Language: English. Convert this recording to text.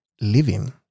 Living